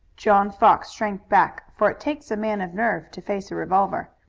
john fox shrank back, for it takes a man of nerve to face a revolver.